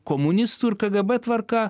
komunistų ir kgb tvarka